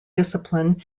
discipline